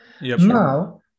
Now